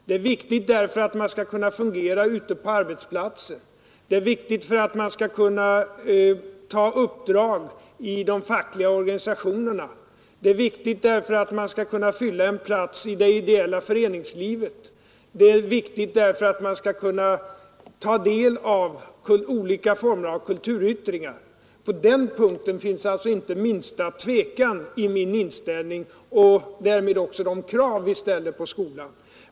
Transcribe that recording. Det är viktigt för att man skall kunna fungera ute på arbetsplatsen, för att man skall kunna ta uppdrag i de fackliga organisationerna, för att man skall kunna fylla en plats i ideellt föreningsliv och för att man skall kunna ta del av olika former av kulturyttringar. På den punkten finns det alltså inte den minsta tvekan i min inställning och därmed inte heller i fråga om de krav vi ställer på skolan.